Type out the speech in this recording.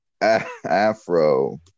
Afro